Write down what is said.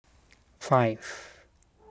five